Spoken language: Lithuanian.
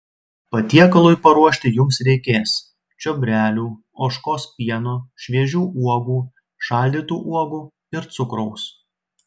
patiekalui paruošti jums reikės čiobrelių ožkos pieno šviežių uogų šaldytų uogų ir cukraus